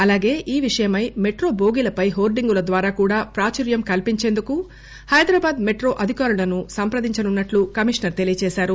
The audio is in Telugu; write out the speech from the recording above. అలాగే ఈ విషయమై మెట్రో టోగీలపై హోర్గింగుల ద్వారా కూడా ప్రాచుర్యం కల్సించేందుకు హైదరాబాద్ మెట్రో అధికారులను సంప్రదించనున్నట్లు కమిషనర్ తెలియజేశారు